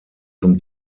zum